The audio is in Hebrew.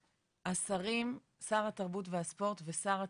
השרים, שר התרבות והספורט ושר התקשורת,